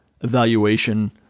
evaluation